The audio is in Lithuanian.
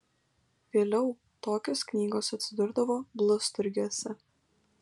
vėliau tokios knygos atsidurdavo blusturgiuose